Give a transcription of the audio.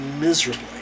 miserably